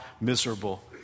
miserable